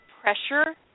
pressure